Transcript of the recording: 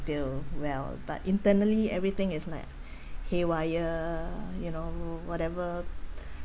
still well but internally everything is like haywire you know whatever